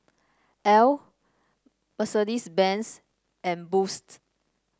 Elle Mercedes Benz and Boost